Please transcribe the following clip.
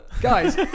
guys